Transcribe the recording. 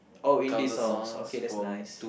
oh Indie songs okay that's nice